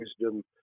wisdom